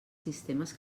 sistemes